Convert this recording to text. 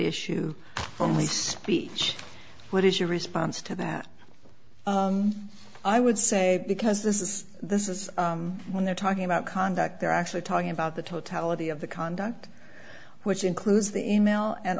issue only speech what is your response to that i would say because this is this is when they're talking about conduct they're actually talking about the totality of the conduct which includes the e mail and